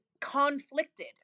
conflicted